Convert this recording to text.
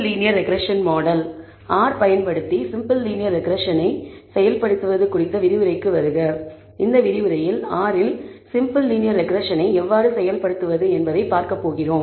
R பயன்படுத்தி simple linear ரெக்ரெஸ்ஸனை செயல்படுத்துவது குறித்த விரிவுரைக்கு வருக இந்த விரிவுரையில் R இல் சிம்பிள் லீனியர் ரெக்ரெஸ்ஸனை எவ்வாறு செயல்படுத்துவது என்பதைப் பார்க்கப் போகிறோம்